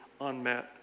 unmet